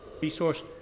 resource